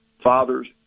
Fathers